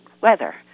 weather